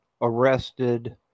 arrested